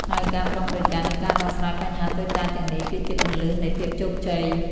ហើយការប្រុងប្រយ័ត្ន និងការដោះស្រាយបញ្ហាតូចតាចទាំងនេះ គឺជាគន្លឹះនៃភាពជោគជ័យ។